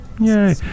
Yay